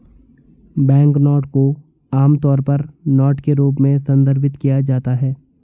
banknote को आमतौर पर नोट के रूप में संदर्भित किया जाता है